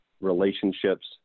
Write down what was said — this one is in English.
relationships